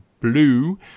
blue